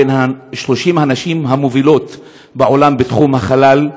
בין 30 הנשים המובילות בעולם בתחום החלל,